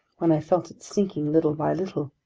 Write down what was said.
when i felt it sinking little by little.